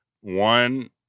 One